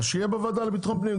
אז שיהיה בוועדה לביטחון פנים,